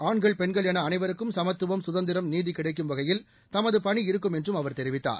பெண்கள் ஆண்கள் எனஅனைவருக்கும் சமத்துவம் கதந்திரம் நீதிகிடைக்கும் வகையில் தமதுபணி இருக்கும் என்றும் அவர் தெரிவித்தார்